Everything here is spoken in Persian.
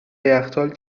یخچال